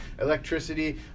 electricity